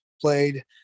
played